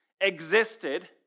existed